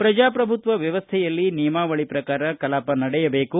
ಪ್ರಜಾಶ್ರಭುತ್ವ ವ್ಯವಸ್ಥೆಯಲ್ಲಿ ನಿಯಮಾವಳಿ ಪ್ರಕಾರ ಕಲಾಪ ನಡೆಯಬೇಕು